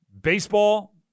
baseball